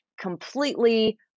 completely